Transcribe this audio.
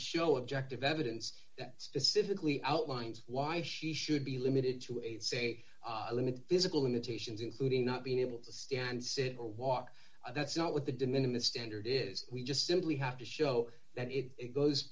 show objective evidence specifically outlines why she should be limited to say a limited physical limitations including not being able to stand sit or walk and that's not what the de minimis standard is we just simply have to show that it goes